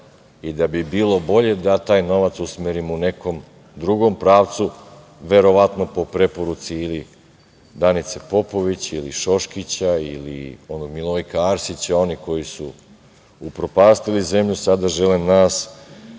i da bi bilo bolje da taj novac usmerimo u nekom drugom pravcu, verovatno po preporuci ili Danice Popović ili Šoškića ili onog Milojka Arsića. Oni koji su upropastili zemlju sada žele nas